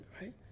right